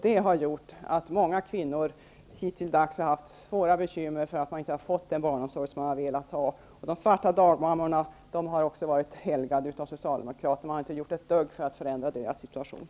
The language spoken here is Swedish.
Det har medfört att många kvinnor har haft svåra bekymmer eftersom de inte har fått den barnomsorg som de har velat ha. De svarta dagmammorna har varit helgade av socialdemokraterna. Man har inte gjort ett dugg för att förändra deras situation.